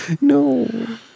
No